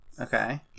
Okay